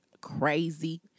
crazy